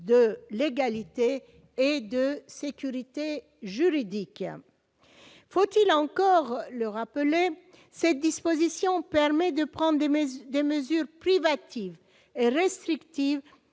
de l'égalité et de sécurité juridique, faut-il encore le rappeler, cette disposition permet de prendre des mesures de mesure privative restrictive